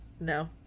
No